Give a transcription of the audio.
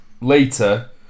later